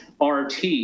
RT